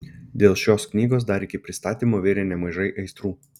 dėl šios knygos dar iki pristatymo virė nemažai aistrų